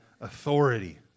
authority